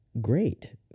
great